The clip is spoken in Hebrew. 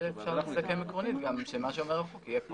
אפשר לסכם עקרונית שמה שאומר החוק, יהיה כאן.